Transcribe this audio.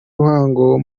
ruhango